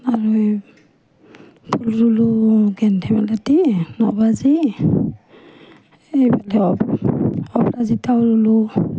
আৰু এই ফুল ৰুলোঁ গেন্ধেই মালতি ন বাজি এই অপ অপৰাজিতাও ৰুলোঁ